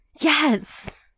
yes